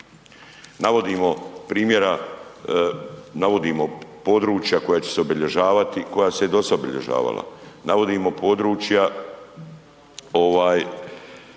navodimo primjera, navodimo područja koja će se obilježavati i koja su se i dosad obilježavala. Navodimo područja ovaj,